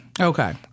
Okay